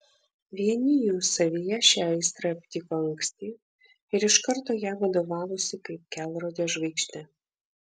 vieni jų savyje šią aistrą aptiko anksti ir iš karto ja vadovavosi kaip kelrode žvaigžde